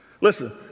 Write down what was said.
Listen